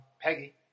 Peggy